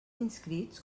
inscrits